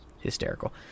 hysterical